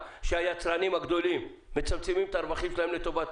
שהיצרנים הגדולים מצמצמים את הרווחים שלהם לטובת